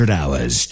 hours